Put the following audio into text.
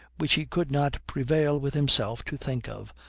which he could not prevail with himself to think of,